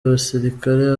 basirikare